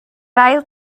ail